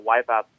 wipeout